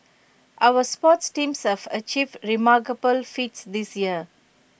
our sports teams surf achieved remarkable feats this year